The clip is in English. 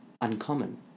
uncommon